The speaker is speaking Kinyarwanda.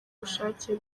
bushake